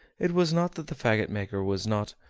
it was not that the fagot-maker was not,